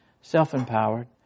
self-empowered